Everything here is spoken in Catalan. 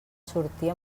sortir